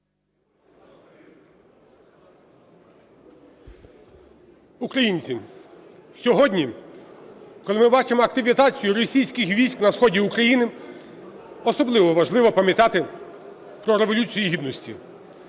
Українці, сьогодні, коли ми бачимо активізацію російських військ на сході України, особливо важливо пам'ятати про Революцію Гідності,